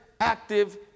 active